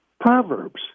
proverbs